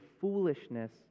foolishness